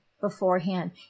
beforehand